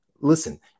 Listen